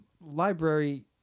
library